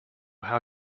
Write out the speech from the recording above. how